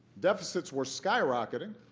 deficits were skyrocketing